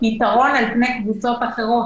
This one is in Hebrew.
יתרון על פני קבוצות אחרות.